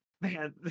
Man